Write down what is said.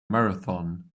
marathon